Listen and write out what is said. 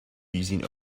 using